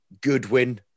Goodwin